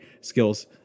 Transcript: skills